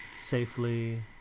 safely